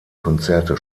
konzerte